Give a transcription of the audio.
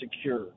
secure